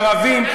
ערבים.